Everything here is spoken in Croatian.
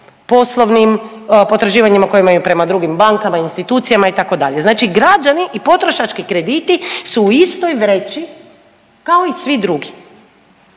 poslovnim potraživanjima koja imaju prema drugim bankama, institucijama itd. znači građani i potrošački krediti su u istoj vreći kao i svi drugi,